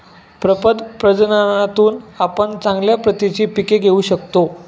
प्रपद प्रजननातून आपण चांगल्या प्रतीची पिके घेऊ शकतो